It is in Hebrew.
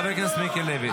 חבר הכנסת מיקי לוי,